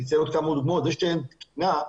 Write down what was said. זה שאין תקינה,